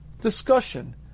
discussion